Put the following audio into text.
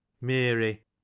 mary